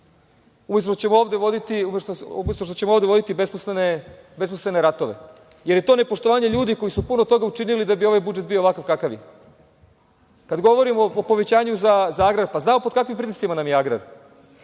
umesto što ćemo ovde voditi besmislene ratove, jer je to nepoštovanje ljudi koji su puno toga učinili da bi ovaj budžet bio ovakav kakav je. Kada govorimo o povećanju za agrar, pa znamo pod kakvim pritiscima nam je agrar.